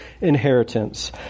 inheritance